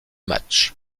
matchs